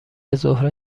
ظهر